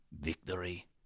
Victory